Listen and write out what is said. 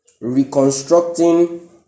reconstructing